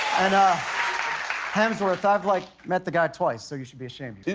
and hemsworth, i've like met the guy twice. so you should be ashamed.